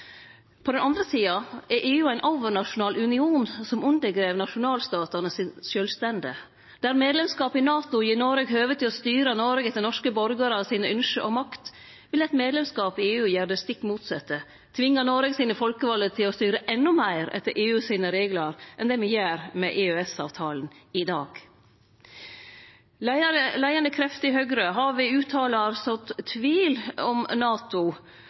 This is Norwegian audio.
På den andre sida er EU ein overnasjonal union som undergrev nasjonalstatanes sjølvstende. Der medlemskap i NATO gir Noreg høve til å styre Noreg etter norske borgarar sine ynskjer om makt, vil ein medlemskap i EU gjere det stikk motsette; tvinge Noreg sine folkevalde til å styre enda meir etter EUs reglar enn det me gjer med EØS-avtalen i dag. Leiande krefter i Høgre har ved uttalar sådd tvil om NATO